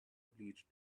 bleached